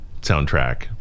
soundtrack